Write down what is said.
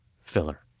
filler